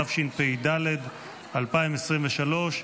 התשפ"ד 2023,